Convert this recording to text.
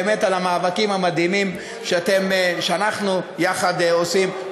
באמת על המאבקים המדהימים שאנחנו עושים יחד,